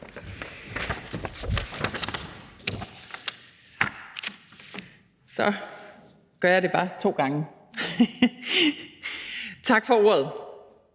Så gør jeg det bare to gange. Tak for ordet.